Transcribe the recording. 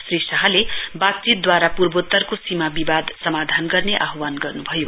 श्री शाहले बातचीतद्वारा पूर्वोत्तरको सीमा विवाद समाधान गर्ने आह्वान गर्नु भयो